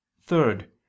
Third